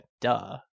Duh